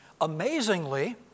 Amazingly